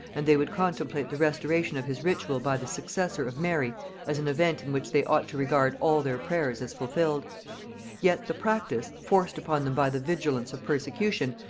and they would contemplate the restoration of his ritual by the successor of mary as an event in which they ought to regard all their prayers as fulfilled yet the practice, forced upon them by the vigilance of persecution,